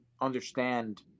understand